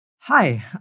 Hi